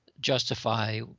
justify